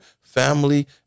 family